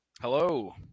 Hello